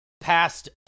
past